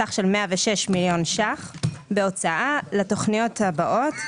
בסך של 106 מיליון ₪ בהוצאה לתכניות הבאות: